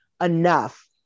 enough